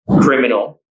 criminal